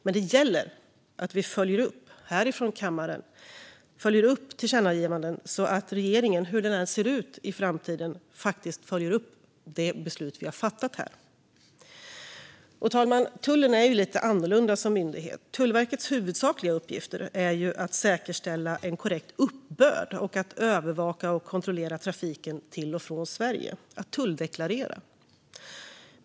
Men det gäller att vi här i kammaren följer upp tillkännagivandena, så att regeringen, hur den än kommer att se ut i framtiden, följer det beslut vi har fattat här. Fru talman! Tullen är ju lite annorlunda som myndighet. Tullverkets huvudsakliga uppgifter är att säkerställa en korrekt uppbörd, att övervaka och kontrollera trafiken till och från Sverige och att tulldeklarera.